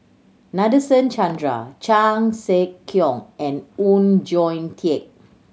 Nadasen Chandra Chan Sek Keong and Oon Jin Teik